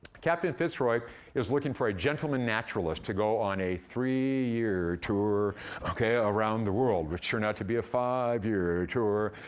captain fitzroy is looking for a gentleman naturalist to go on a three-year tour around the world, which turned out to be a five-year tour.